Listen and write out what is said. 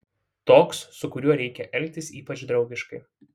toks su kuriuo reikia elgtis ypač draugiškai